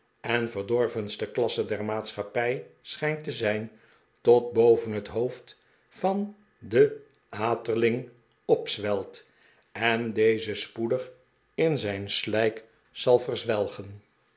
en verdorvenste klasse der maatschappij schijnt te zijn tot boven het hoofd van den aterling opzwelt en dezen spoedig in zijn slijk zal